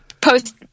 Post